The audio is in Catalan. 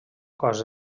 cos